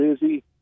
busy